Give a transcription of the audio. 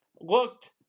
looked